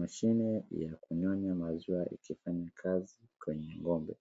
Mashine ya kunyonya maziwa ikifanya kazi kwenye ng`ombe ,